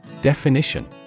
DEFINITION